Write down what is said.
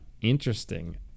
interesting